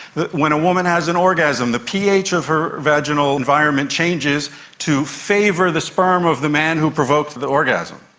that when a woman has an orgasm, the ph of her vaginal environments changes to favour the sperm of the man who provoked the the orgasm.